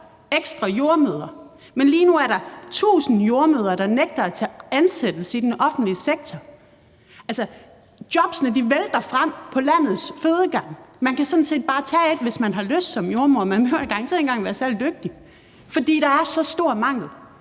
ekstra jordemødre? Men lige nu er der 1.000 jordemødre, der nægter at tage ansættelse i den offentlige sektor. Altså, jobbene vælter frem på landets fødegange. Man kan sådan set bare tage et, hvis man har lyst, som jordemoder – man behøver garanteret ikke engang være særlig dygtig – fordi der er så stor mangel.